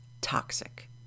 toxic